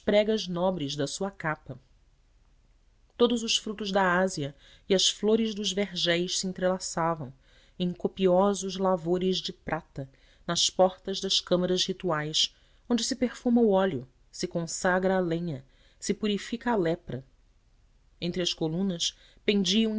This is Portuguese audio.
pregas nobres da sua capa todos os frutos da ásia e as flores dos vergéis se entrelaçavam em copiosos lavores de prata nas portas das câmaras rituais onde se perfuma o óleo se consagra a lenha se purifica a lepra entre as colunas pendiam